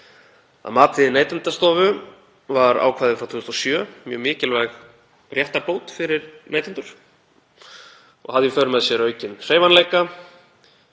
Að mati Neytendastofu var ákvæðið frá 2007 mjög mikilvæg réttarbót fyrir neytendur og hafði í för með sér aukinn hreyfanleika